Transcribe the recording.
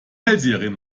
hellseherin